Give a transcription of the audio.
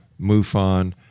MUFON